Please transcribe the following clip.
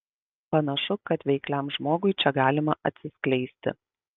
panašu kad veikliam žmogui čia galima atsiskleisti